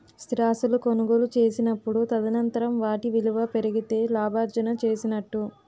స్థిరాస్తులు కొనుగోలు చేసినప్పుడు తదనంతరం వాటి విలువ పెరిగితే లాభార్జన చేసినట్టు